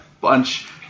bunch